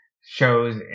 shows